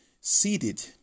seated